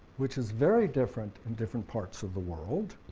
which is very different in different parts of the world,